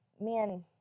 man